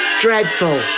Dreadful